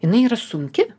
jinai yra sunki